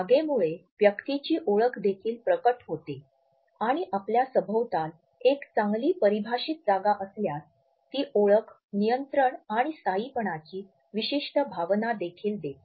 जागेमुळे व्यक्तीची ओळख देखील प्रकट होते आणि आपल्या सभोवताल एक चांगली परिभाषित जागा असल्यास ती ओळख नियंत्रण आणि स्थायीपणाची विशिष्ट भावना देखील देते